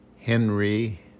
Henry